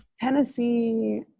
Tennessee